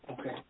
Okay